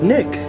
Nick